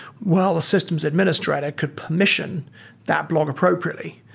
well, a systems administrator could permission that blog appropriately.